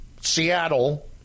Seattle